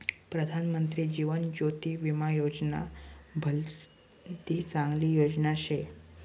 प्रधानमंत्री जीवन ज्योती विमा योजना भलती चांगली योजना शे